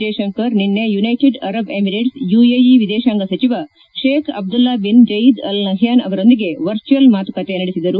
ಜ್ನೆಶಂಕರ್ ನಿನ್ತೆ United Arab Emirates UAE ವಿದೇಶಾಂಗ ಸಚಿವ Sheikh Abdullah bin Zayed Al Nahyan ಅವರೊಂದಿಗೆ ವರ್ಚುಯಲ್ ಮಾತುಕತೆ ನಡೆಸಿದರು